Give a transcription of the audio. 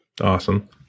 Awesome